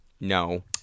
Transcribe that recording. No